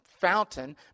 fountain